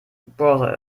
browser